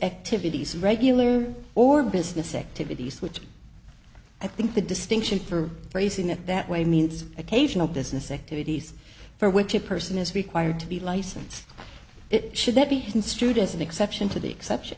activities regular or business activities which i think the distinction for placing it that way means occasional business activities for which a person is required to be license it should that be construed as an exception to the exception